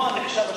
האופנוע נחשב אשם,